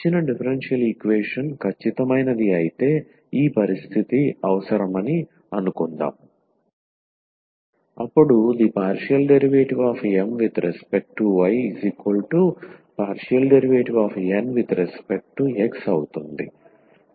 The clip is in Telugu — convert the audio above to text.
ఇచ్చిన డిఫరెన్షియల్ ఈక్వేషన్ ఖచ్చితమైనది అయితే ఈ పరిస్థితి అవసరమని అనుకుందాం అప్పుడు ∂M∂y∂N∂x అవుతుంది